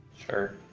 Sure